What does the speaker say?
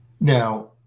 Now